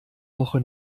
woche